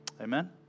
Amen